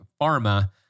pharma